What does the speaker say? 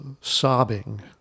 sobbing